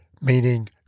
meaning